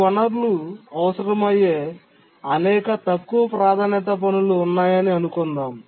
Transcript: ఈ వనరులు అవసరమయ్యే అనేక తక్కువ ప్రాధాన్యత పనులు ఉన్నాయని అనుకుందాం